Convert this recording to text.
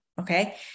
Okay